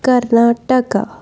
Karnataka